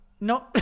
No